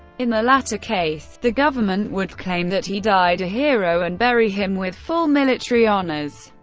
in the latter case, the government would claim that he died a hero and bury him with full military honours,